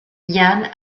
yann